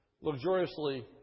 luxuriously